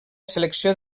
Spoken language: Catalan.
selecció